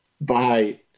bye